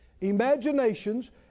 imaginations